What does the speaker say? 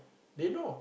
they know